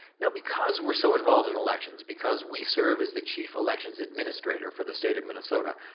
now, because we're so involved in elections because we serve as the chief elections administrator for the state of minnesota,